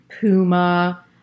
Puma